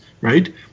Right